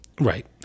Right